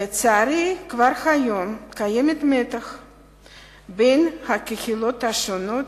לצערי, כבר היום קיים מתח רב בין הקהילות השונות